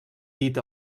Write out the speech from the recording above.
dit